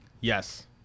Yes